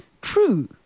true